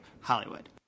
Hollywood